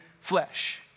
flesh